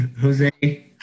Jose